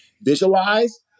Visualize